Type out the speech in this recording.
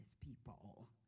people